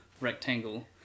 rectangle